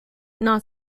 not